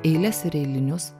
eiles ir eilinius